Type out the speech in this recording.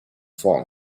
phone